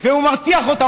והוא מרתיח אותם,